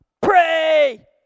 pray